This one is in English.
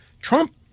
Trump